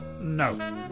No